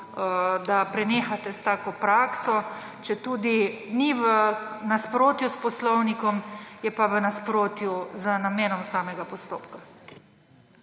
da prenehate s tako prakso. Četudi ni v nasprotju s Poslovnikom, je pa v nasprotju z namenom samega postopka.